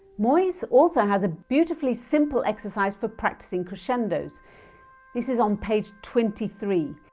moyse also has a beautifully simply exercise for practising cresendos this is on page twenty three